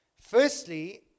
firstly